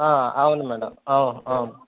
అవును మేడం అవును అవును